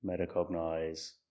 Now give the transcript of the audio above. metacognize